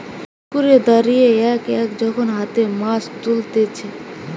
পুকুরে দাঁড়িয়ে এক এক যখন হাতে মাছ তুলতিছে